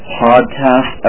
podcast